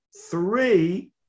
three